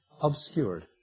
obscured